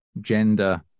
gender